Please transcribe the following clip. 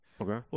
Okay